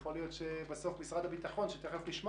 יכול להיות שבסוף משרד הביטחון יאמר